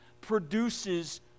produces